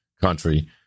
country